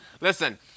Listen